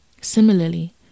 Similarly